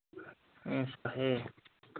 है